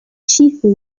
chiefly